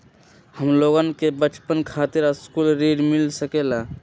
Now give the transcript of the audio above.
हमलोगन के बचवन खातीर सकलू ऋण मिल सकेला?